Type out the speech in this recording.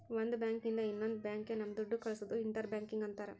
ಒಂದ್ ಬ್ಯಾಂಕ್ ಇಂದ ಇನ್ನೊಂದ್ ಬ್ಯಾಂಕ್ ಗೆ ನಮ್ ದುಡ್ಡು ಕಳ್ಸೋದು ಇಂಟರ್ ಬ್ಯಾಂಕಿಂಗ್ ಅಂತಾರ